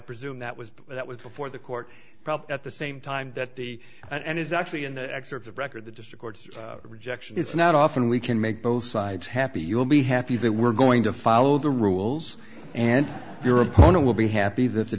presume that was that was before the court at the same time that the and it's actually in the excerpts of record the district rejection it's not often we can make both sides happy you'll be happy that we're going to follow the rules and your opponent will be happy that the